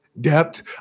depth